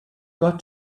got